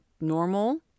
normal